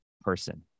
person